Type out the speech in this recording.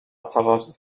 coraz